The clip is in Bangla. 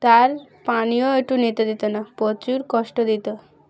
তার পানিও একটু নিতে দিত না প্রচুর কষ্ট দিত